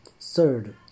Third